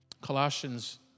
Colossians